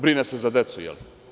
Brine se za decu, jel?